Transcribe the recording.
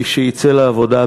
מי שיצא לעבודה,